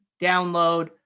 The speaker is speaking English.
Download